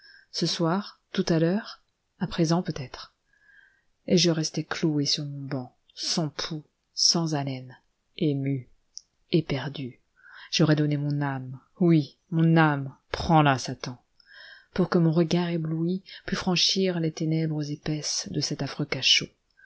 ce soir tout à l'heure à présent peut-être et je restais cloué sur mon banc sans pouls sans haleine ému éperdu j'aurais donné mon âme oui mon âme prends-la satan pour que mon regard ébloui pût franchir les ténèbres épaisses de cet affreux cachot